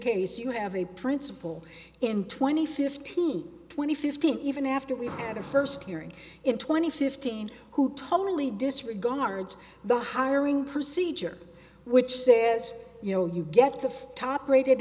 case you have a principal in twenty fifteen twenty fifteen even after we've had a first hearing in twenty fifteen who totally disregards the hiring procedure which says you know you get the first top rated